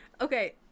Okay